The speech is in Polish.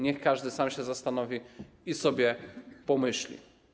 Niech każdy sam się zastanowi i sobie pomyśli.